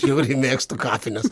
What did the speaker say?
žiauriai mėgstu kapines